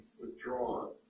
withdrawn